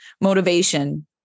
motivation